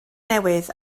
newydd